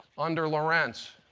under lorentz.